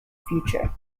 future